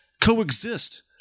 coexist